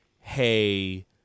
Hey